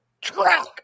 track